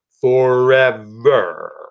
forever